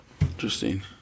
interesting